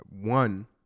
one